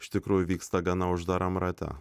iš tikrųjų vyksta gana uždaram rate